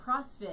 CrossFit